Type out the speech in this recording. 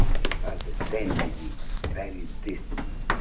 was a dandy, very distant,